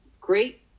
great